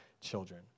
children